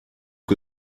que